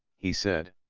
he said.